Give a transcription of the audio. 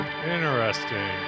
Interesting